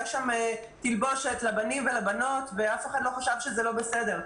שם תלבושת לבנים ולבנות ואף אחד לא חשב שזה לא בסדר.